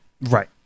Right